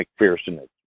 mcpherson